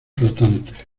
flotantes